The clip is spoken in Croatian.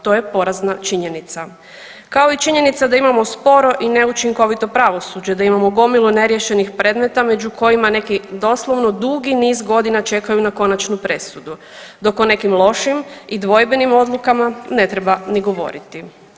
To je porazna činjenica kao i činjenica da imamo sporo i neučinkovito pravosuđe, da imamo gomilu neriješenih predmeta među kojima neki doslovno dugi niz godina čekaju na konačnu presudu dok o nekim lošim i dvojbenim odlukama ne treba ni govoriti.